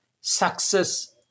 success